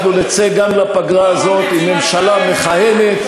אנחנו נצא גם לפגרה הזאת עם ממשלה מכהנת,